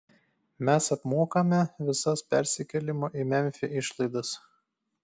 mes apmokame visas persikėlimo į memfį išlaidas